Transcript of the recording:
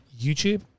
YouTube